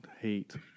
hate